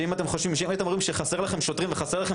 שאם אתם רואים שחסרים לכם שוטרים וחסרים לכם